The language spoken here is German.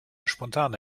spontane